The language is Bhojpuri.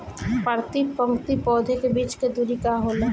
प्रति पंक्ति पौधे के बीच के दुरी का होला?